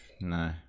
No